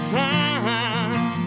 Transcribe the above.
time